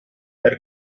per